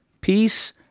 Peace